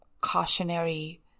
cautionary